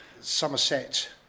Somerset